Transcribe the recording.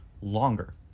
longer